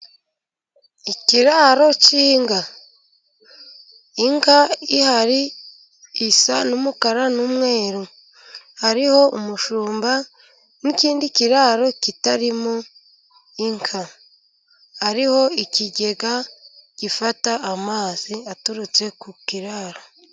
Ikiraro cy'inka, inka ihari isa n'umukara n'umweru, hariho umushumba n'ikindi kiraro kitarimo inka, hariho ikigega gifata amazi aturutse ku kiraro.